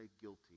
guilty